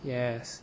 yes